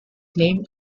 named